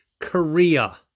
Korea